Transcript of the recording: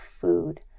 food